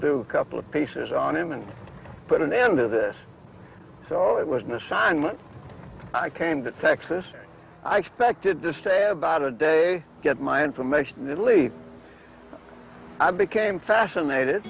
do a couple of patients on him and put an end to this it was an assignment i came to texas i expected to stay about a day get my information and then leave i became fascinated